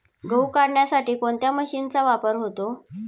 गहू काढण्यासाठी कोणत्या मशीनचा वापर होतो?